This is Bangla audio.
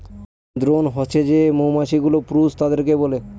দ্রোন হছে যে মৌমাছি গুলো পুরুষ তাদেরকে বলে